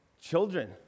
children